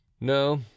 No